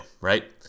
right